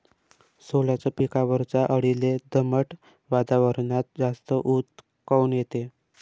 सोल्याच्या पिकावरच्या अळीले दमट वातावरनात जास्त ऊत काऊन येते?